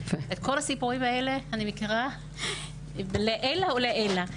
את הסיפורים האלה אני מכירה לעילא ולעילא.